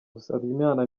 musabyimana